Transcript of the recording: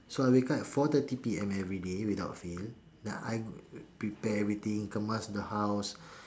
so I wake up at four thirty P_M everyday without fail then I prepare everything kemas the house